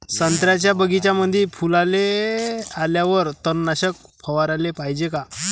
संत्र्याच्या बगीच्यामंदी फुलाले आल्यावर तननाशक फवाराले पायजे का?